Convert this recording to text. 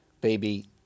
baby